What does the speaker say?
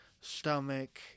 stomach